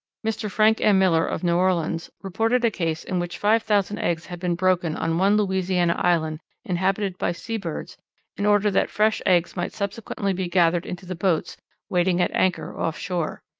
mr. frank m. miller, of new orleans, reported a case in which five thousand eggs had been broken on one louisiana island inhabited by sea birds in order that fresh eggs might subsequently be gathered into the boats waiting at anchor off shore.